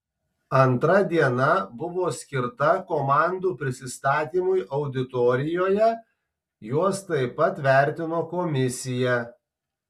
antra diena buvo skirta komandų prisistatymui auditorijoje juos taip pat vertino komisija